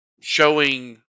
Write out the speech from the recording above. showing